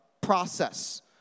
process